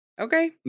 okay